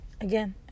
Again